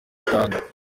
utanga